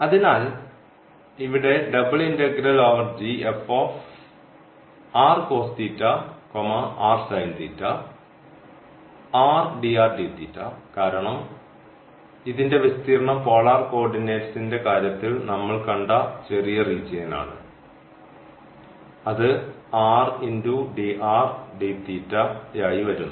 അതിനാൽ ഇവിടെ കാരണം ഇതിന്റെ വിസ്തീർണ്ണം പോളാർ കോർഡിനേറ്റിന്റെ കാര്യത്തിൽ നമ്മൾ കണ്ട ചെറിയ റീജിയൻ ആണ് അത് r dr dθ ആയി വരുന്നു